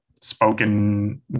spoken